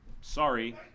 Sorry